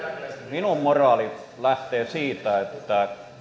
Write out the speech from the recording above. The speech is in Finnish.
minun moraalini lähtee siitä että